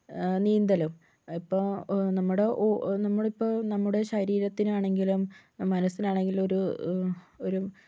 നീന്തലും ഇപ്പോൾ നമ്മുടെ ഓ നമ്മുടെ ഇപ്പോൾ നമ്മുടെ ശരീരത്തിനാണെങ്കിലും മനസിനാണെങ്കിലും ഒരു ഒരു